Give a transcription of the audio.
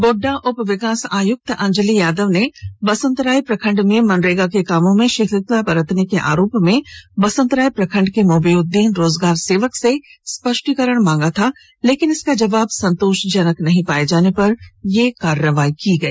गोड्डा उप विकास आयुक्त अंजली यादव ने बसंतराय प्रखंड में मनरेगा के कामों में शिथिलता बरतने के आरोप में बसंतराय प्रखंड के मोबी उद्दीन रोजगार सेवक से स्पष्टीकरण मांगा था लेकिन इसका जवाब संतोष जनक नहीं होने पर यह कार्रवाई की गई